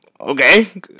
Okay